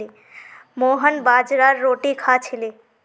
मोहन बाजरार रोटी खा छिले